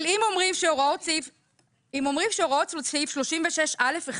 אם אומרים שהוראות סעיף 36(א)(1),